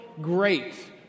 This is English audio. great